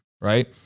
Right